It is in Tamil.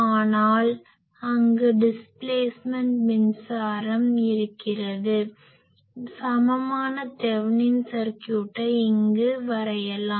ஆனால் அங்கு டிஸ்ப்லேஸ்மென்ட் மின்சாரம் displacement current இடப்பெயர்ச்சி மின்சாரம் இருக்கிறது சமமான தெவெனின் சர்க்யூட்டை Thevenin's equivalent circuit இங்கு வரையலாம்